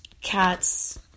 cats